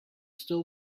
still